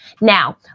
Now